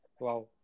Wow